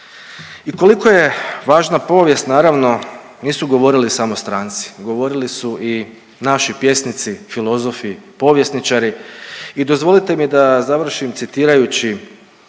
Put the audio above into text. I koliko je važna povijest naravno nisu govorili samo stranci, govorili su i naši pjesnici, filozofi, povjesničari i dozvolite mi da završim citirajući